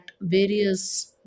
various